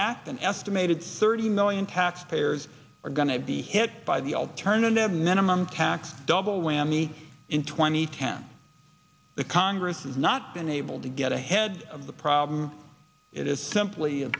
act an estimated thirty million taxpayers are going to be hit by the alternative minimum tax double whammy in twenty ten the congress has not been able to get ahead of the problem it is simply